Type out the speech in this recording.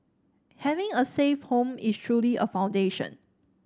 having a safe home is truly a foundation